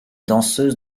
danseuse